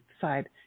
side